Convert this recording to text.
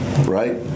right